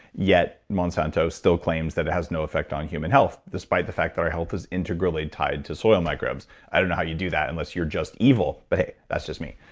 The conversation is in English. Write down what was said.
yet, monsanto still claims that it has no effect on human health despite the fact that our health is integrally tied to soil microbes. i don't know how you do that unless you're just evil, but that's just me.